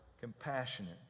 compassionate